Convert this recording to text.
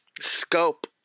Scope